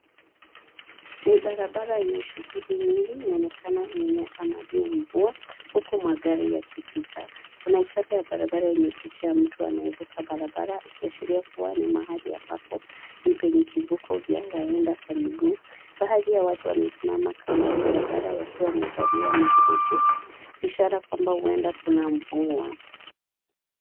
Ni barabara yenye shughuli nyingi inaonekana imenyata maji ya mvua huku magari yakipita. Kuna ishara ya barabara yenye mtu akivuka barabara ikiashiria ya kwamba ni mahali ambapo ni penye kivuko cha waenda kwa miguu. Baadhi ya watu wamesimama kando ya barabara wakiwa wamevalia makoti, ishara kwamba huenda kuna mvua.